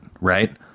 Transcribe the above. right